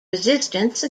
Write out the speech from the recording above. resistance